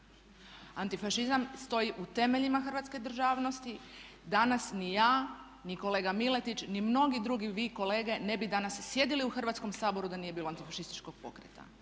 Antifašizam stoji u temeljima hrvatske državnosti. Danas ni ja, ni kolega Miletić, ni mnogi drugi vi kolete ne bi danas sjedili u Hrvatskom saboru da nije bilo antifašističkog pokreta